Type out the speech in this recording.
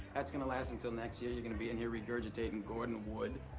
that's gonna last until next year, you're gonna be in here regurgitatin' gordon wood.